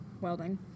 welding